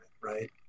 right